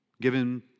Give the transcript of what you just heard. given